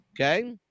Okay